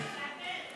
זה לא הבית,